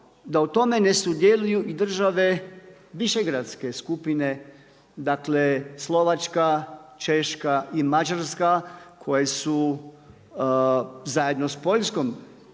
da u tome ne sudjeluju i države Višegradske skupine, dakle Slovačka, češka i Mađarska koje su zajedno sa Poljskom,